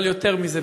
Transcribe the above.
אבל יותר מזה,